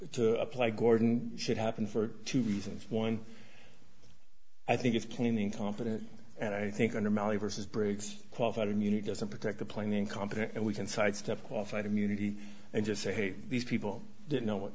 doesn't apply gordon should happen for two reasons one i think it came in confidence and i think underbelly versus briggs qualified immunity doesn't protect the plane incompetent and we can sidestep qualified immunity and just say hey these people didn't know what